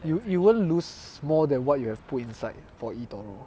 you you won't lose more than what you have put inside for eToro